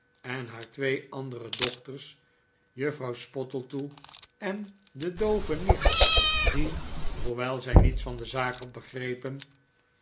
en haar twee andere dochters juffrouw spottletoe en de doove nicht die hoewel zij niets van de zaak had begrepen